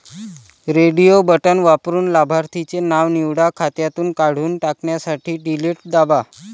radio button वापरून लाभार्थीचे नाव निवडा, खात्यातून काढून टाकण्यासाठी डिलीट दाबा